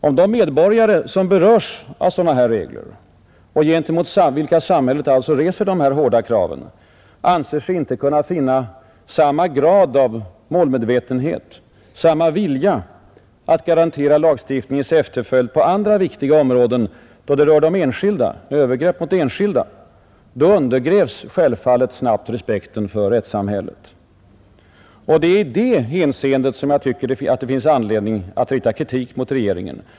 Om de medborgare, som berörs av sådana regler och gentemot vilka samhället reser sådana krav, anser sig inte finna samma grad av målmedvetenhet, samma vilja att garantera lagstiftningens efterföljd på andra viktiga områden — då det rör övergrepp mot enskilda — undergrävs snabbt respekten för rättssamhället. Och det är i det hänseendet som jag tycker att det finns anledning att rikta kritik mot regeringen.